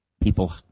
people